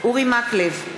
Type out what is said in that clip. אורי מקלב,